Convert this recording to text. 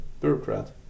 bureaucrat